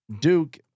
Duke